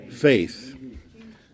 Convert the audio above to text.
faith